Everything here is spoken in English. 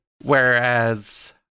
whereas